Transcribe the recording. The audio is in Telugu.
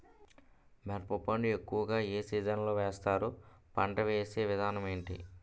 మిరప పంట ఎక్కువుగా ఏ సీజన్ లో వేస్తారు? పంట వేసే విధానం ఎంటి?